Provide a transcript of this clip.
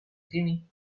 sini